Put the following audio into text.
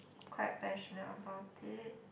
quite passionate about it